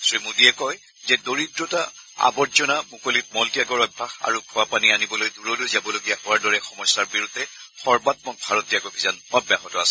শ্ৰী মোডীয়ে কয় যে দৰিদ্ৰতা আৱৰ্জনা মুকলিত ম'ল ত্যাগৰ অভ্যাস আৰু খোৱা পানী আনিবলৈ দূৰলৈ যাবলগীয়া হোৱাৰ দৰে সমস্যাৰ বিৰুদ্ধে সৰ্বামক ভাৰত ত্যাগ অভিযান অব্যাহত আছে